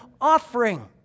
offering